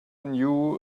knew